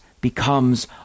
becomes